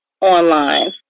online